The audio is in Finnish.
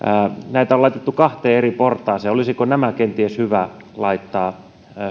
on laitettu kahteen eri portaaseen mutta olisiko nämä kenties hyvä laittaa